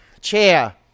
Chair